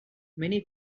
many